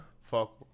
Fuck